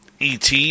ET